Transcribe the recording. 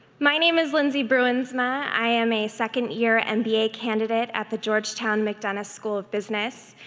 my name is lindsay bruinsma. i am a second year and mba candidate at the georgetown mcdonough school of business,